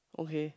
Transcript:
okay